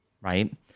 right